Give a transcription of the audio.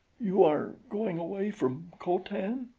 you are going away from co-tan?